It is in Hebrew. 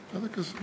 מה זה קשור?